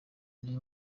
niwe